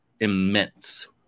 Immense